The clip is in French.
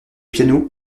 piano